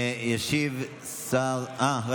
כל פעם שתורידו תמונה של אישה, חמש שנים לכלא.